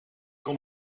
kon